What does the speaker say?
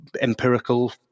empirical